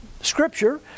scripture